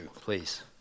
Please